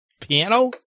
Piano